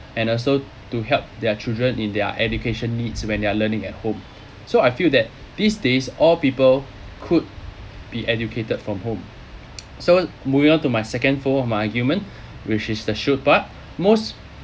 and also to help their children in their education needs when they're learning at home so I feel that these days all people could be educated from home so moving on to my second form of my argument which is the should part most